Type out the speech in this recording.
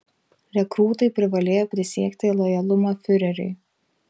rekrūtai privalėjo prisiekti lojalumą fiureriui